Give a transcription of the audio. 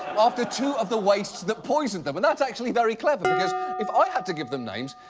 after two of the wastes that poisoned them. and that's actually very clever, because if i had to give them names,